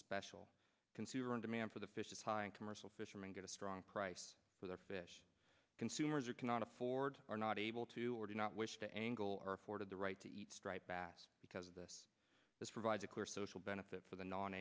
special consumer on demand for the fish is high in commercial fisherman get a strong price for their fish consumers or cannot afford are not able to or do not wish to angle reported the right to eat striped bass because of this this provides a clear social benefit for the non